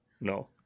No